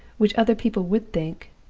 which other people would think,